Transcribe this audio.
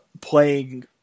playing